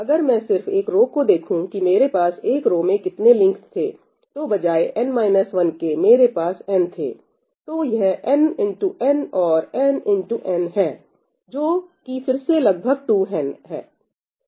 अगर मैं सिर्फ एक रो को देखूं कि मेरे पास एक रो में कितने लिंक थे तो बजाए n 1 के मेरे पास n थे तो यह n x n और n x n है जो कि फिर से लगभग 2n है